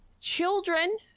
children